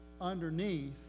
underneath